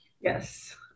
Yes